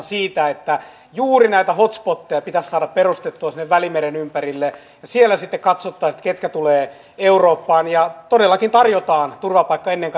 siitä että juuri näitä hot spoteja pitäisi saada perustettua sinne välimeren ympärille ja siellä sitten katsottaisiin ketkä tulevat eurooppaan ja todellakin tarjotaan turvapaikka ennen